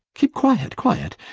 keep quiet quiet.